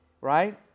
Right